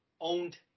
owned